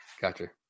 Gotcha